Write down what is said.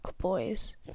boys